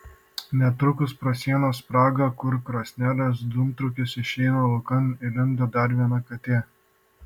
netrukus pro sienos spragą kur krosnelės dūmtraukis išeina laukan įlindo dar viena katė